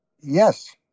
Yes